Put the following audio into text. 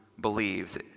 believes